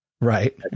Right